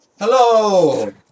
Hello